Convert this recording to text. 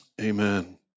amen